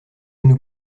nous